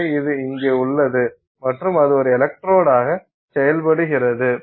எனவே அது இங்கே உள்ளது மற்றும் அது ஒரு எலக்ட்ரோடாக செயல்படுகிறது